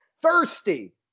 thirsty